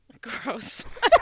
Gross